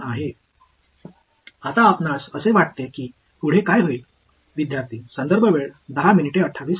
இப்போது அடுத்தது என்னவாக இருக்கும் என்று நீங்கள் நினைக்கிறீர்கள்